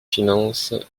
finances